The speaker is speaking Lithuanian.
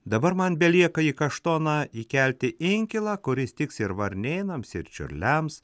dabar man belieka į kaštoną įkelti inkilą kuris tiks ir varnėnams ir čiurliams